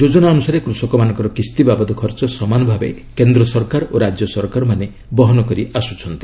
ଯୋଜନା ଅନୁସାରେ କୃଷକମାନଙ୍କର କିସ୍ତି ବାବଦ ଖର୍ଚ୍ଚ ସମାନ ଭାବେ କେନ୍ଦ୍ର ସରକାର ଓ ରାଜ୍ୟ ସରକାରମାନେ ବହନ କରିଆସୁଛନ୍ତି